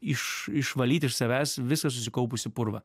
iš išvalyti iš savęs visą susikaupusį purvą